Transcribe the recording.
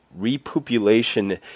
repopulation